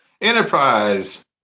Enterprise